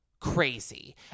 crazy